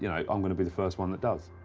you know i'm going to be the first one that does.